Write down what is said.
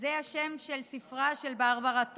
זה השם של ספרה של ברברה טוכמן.